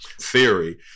theory